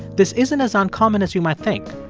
this isn't as uncommon as you might think.